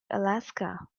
alaska